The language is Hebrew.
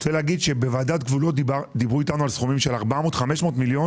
אני רוצה לומר שבוועדת גבולות דיברו איתנו על סכומים של 500-400 מיליון